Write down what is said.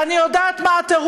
ואני יודעת מה התירוץ,